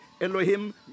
Elohim